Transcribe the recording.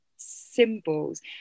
symbols